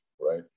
right